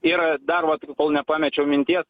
yra dar vat kol nepamečiau minties